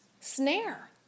snare